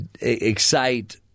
excite